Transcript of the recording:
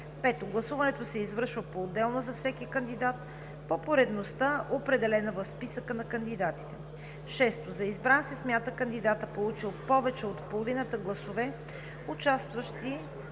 5. Гласуването се извършва поотделно за всеки кандидат по поредността, определена в списъка на кандидатите. 6. За избран се смята кандидатът, получил повече от половината гласове на присъстващите